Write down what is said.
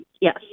yes